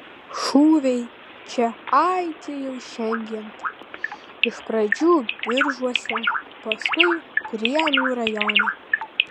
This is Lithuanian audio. šūviai čia aidi jau šiandien iš pradžių biržuose paskui prienų rajone